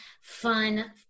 fun